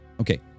okay